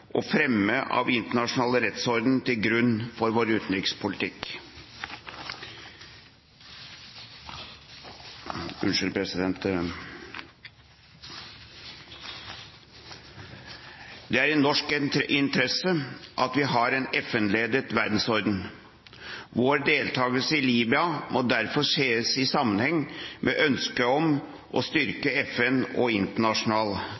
og fremme av internasjonal rettsorden til grunn for vår utenrikspolitikk. Det er i norsk interesse at vi har en FN-ledet verdensorden. Vår deltakelse i Libya må derfor sees i sammenheng med ønsket om å styrke FN og internasjonal